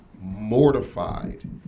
mortified